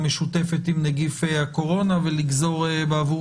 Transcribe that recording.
המשותפת שלנו עם נגיף הקורונה ולגזור בעבור